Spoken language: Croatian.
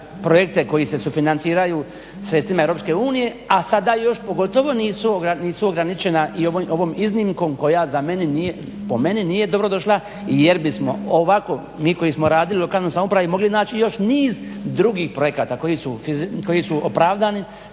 projekte koji se sufinanciraju sredstvima EU, a sada još pogotovo nisu ograničena i ovom iznimkom koja za mene nije, po meni nije dobrodošla jer bismo ovako mi koji smo radili u lokalnoj samoupravi mogli naći još niz drugih projekata koji su opravdani,